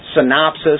synopsis